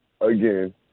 again